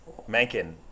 Mankin